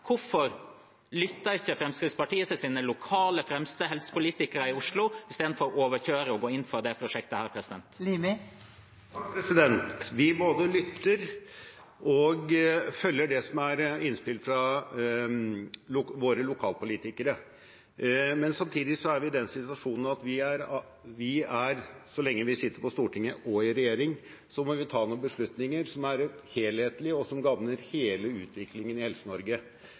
Hvorfor lytter ikke Fremskrittspartiet til sine fremste lokale helsepolitikere i Oslo i stedet for å overkjøre og gå inn for dette prosjektet? Vi både lytter og følger innspill fra våre lokalpolitikere, men samtidig er vi i den situasjonen at vi, så lenge vi sitter på Stortinget og i regjering, må ta noen beslutninger som er helhetlige, og som gagner hele utviklingen i